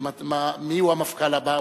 מיהו המפכ"ל הבא.